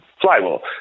Flywheel